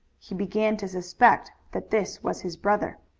he began to suspect that this was his brother.